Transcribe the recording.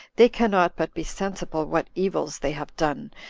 they cannot but be sensible what evils they have done,